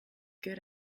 good